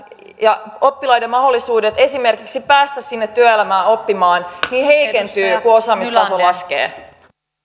ja oppilaiden mahdollisuudet esimerkiksi päästä sinne työelämään oppimaan heikentyvät kun osaamistaso laskee